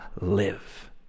live